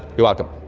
you're welcome.